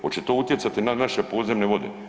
Hoće to utjecati na naše podzemne vode?